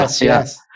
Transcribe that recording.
yes